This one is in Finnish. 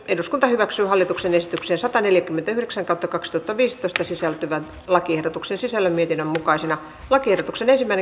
eduskunta hyväksyy hallituksen esityksen sataneljäkymmentäyhdeksän kato kakskytäviistystä sisältyvän lakiehdotuksen sisällön mietinnön mukaisena lakiehdotuksen ensimmäinen